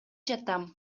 жатам